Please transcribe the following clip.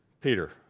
Peter